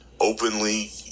openly